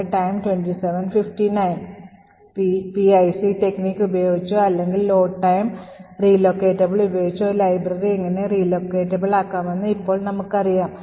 PIC technique ഉപയോഗിച്ചോ അല്ലെങ്കിൽ load time relocatable ഉപയോഗിച്ചോ ഒരു ലൈബ്രറി എങ്ങനെ relocatable ആക്കാമെന്ന് ഇപ്പോൾ നമുക്കറിയാം